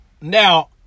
now